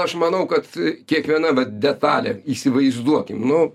aš manau kad kiekviena detalė įsivaizduokim nu